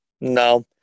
No